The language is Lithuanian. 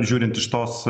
žiūrint iš tos